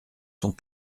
sont